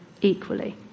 equally